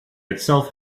itself